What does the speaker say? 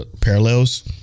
parallels